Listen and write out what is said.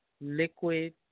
liquid